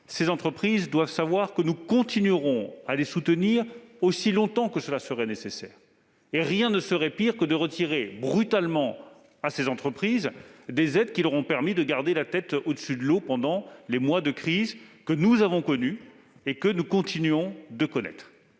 Ces entreprises doivent savoir que nous continuerons à les soutenir aussi longtemps que cela sera nécessaire. Rien ne serait pire que de retirer brutalement à ces entreprises les aides qui leur ont permis de garder la tête au-dessus de l'eau pendant les mois de crise que nous avons connue et que nous continuons de connaître.